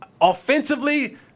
Offensively